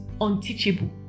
unteachable